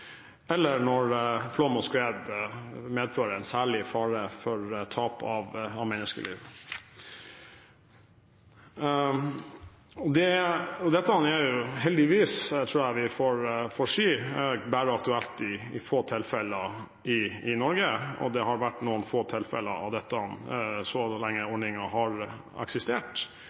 eller når flom og skred medfører en særlig fare for tap av menneskeliv. Dette er – heldigvis, tror jeg vi får si – bare aktuelt i få tilfeller i Norge. Det har vært noen få tilfeller så lenge ordningen har eksistert,